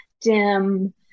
dim